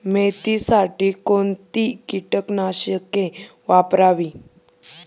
मेथीसाठी कोणती कीटकनाशके वापरावी?